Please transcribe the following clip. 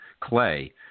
clay